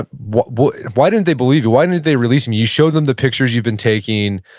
why why didn't they believe you? why didn't they release and you? you showed them the pictures you'd been taking,